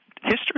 history